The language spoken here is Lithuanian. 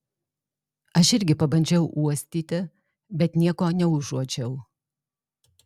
aš irgi pabandžiau uostyti bet nieko neužuodžiau